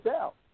out